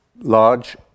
large